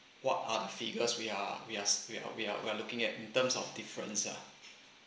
what are the figures we are we are s~ we are we are we are looking at in terms of difference ah